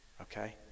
Okay